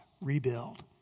rebuild